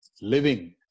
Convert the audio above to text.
living